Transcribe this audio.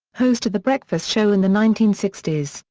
host of the breakfast show in the nineteen sixty s,